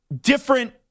different